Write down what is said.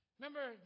Remember